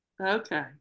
okay